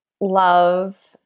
love